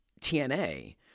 TNA